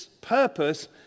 purpose